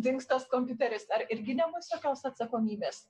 dings tas kompiuteris ar irgi nebus jokios atsakomybės